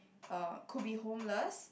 uh could be homeless